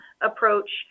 approach